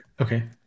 Okay